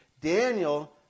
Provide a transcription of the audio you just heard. Daniel